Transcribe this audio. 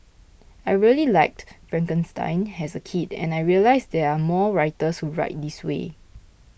I really liked Frankenstein as a kid and I realised there are more writers who write this way